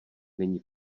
není